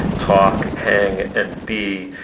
talk, hang and be.